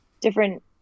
different